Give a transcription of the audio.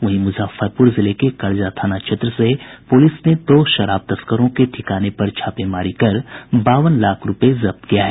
वहीं मुजफ्फरपुर जिले के करजा थाना क्षेत्र से पुलिस ने दो शराब तस्करों के ठिकाने पर छापेमारी कर बावन लाख रूपये जब्त किया है